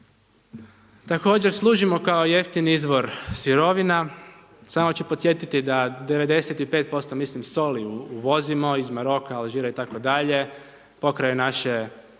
Također služimo kao jeftini izvor sirovina. Samo ću podsjetiti da 95% mislim soli uvozimo iz Maroka, Alžira itd., pokraj naše